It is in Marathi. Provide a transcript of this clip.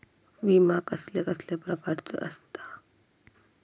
विमा कसल्या कसल्या प्रकारचो असता?